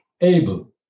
able